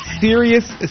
serious